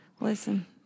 Listen